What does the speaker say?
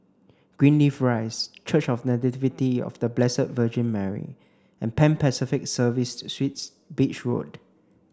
Greenleaf Rise Church of The Nativity of The Blessed Virgin Mary and Pan Pacific Serviced Suites Beach Road